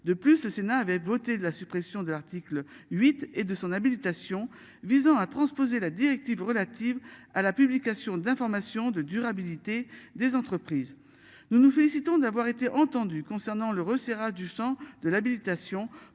De plus, le Sénat avait voté la suppression de l'article 8 et de son habilitation visant à transposer la directive relative à la publication d'informations de durabilité des entreprises. Nous nous félicitons d'avoir été entendus concernant le recevra du Champ de l'habilitation proposé là